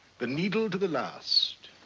the needle to the last,